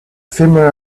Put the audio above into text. firmware